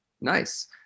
Nice